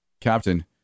captain